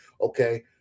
okay